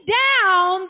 down